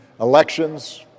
elections